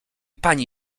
pani